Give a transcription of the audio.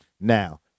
Now